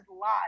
live